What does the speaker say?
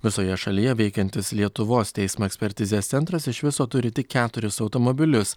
visoje šalyje veikiantis lietuvos teismo ekspertizės centras iš viso turi tik keturis automobilius